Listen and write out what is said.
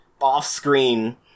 off-screen